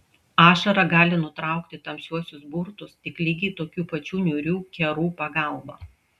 ašara gali nutraukti tamsiuosius burtus tik lygiai tokių pačių niūrių kerų pagalba